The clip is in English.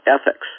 ethics